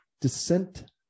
descent